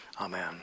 Amen